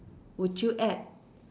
would you add